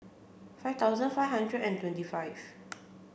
five thousand five hundred and twenty five